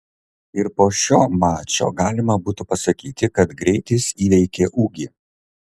ir po šio mačo galima būtų pasakyti kad greitis įveikė ūgį